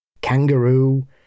kangaroo